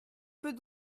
peut